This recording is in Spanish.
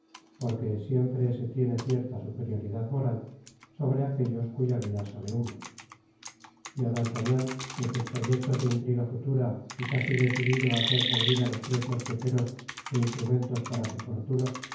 porque siempre se tiene cierta superioridad moral sobre aquellos cuya vida sabe uno y á d'artagnan en sus proyectos de intriga futura y casi decidido á hacer servir á los tres mosqueteros de instrumentos para su fortuna